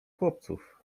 chłopców